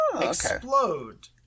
explode